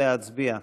התשע"ח